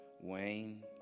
Wayne